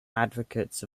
advocates